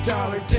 Dollar